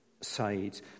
Sides